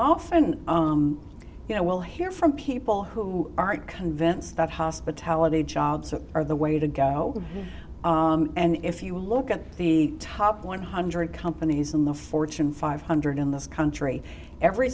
often you know we'll hear from people who aren't convinced that hospitality jobs are the way to go and if you look at the top one hundred companies in the fortune five hundred in this country every